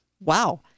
Wow